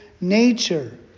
nature